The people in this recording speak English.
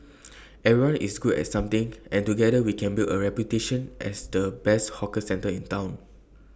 everyone is good at something and together we can build A reputation as the best 'hawker centre' in Town